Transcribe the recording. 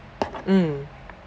mm